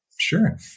Sure